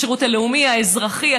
בשירות הלאומי האזרחי,